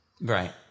Right